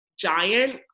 giant